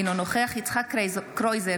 אינו נוכח יצחק קרויזר,